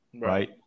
Right